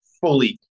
fully